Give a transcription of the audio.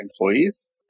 employees